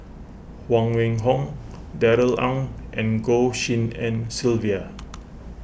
Huang Wenhong Darrell Ang and Goh Tshin En Sylvia